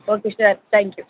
okay sir thank you